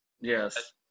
Yes